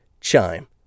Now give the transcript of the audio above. Chime